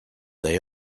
they